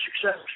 success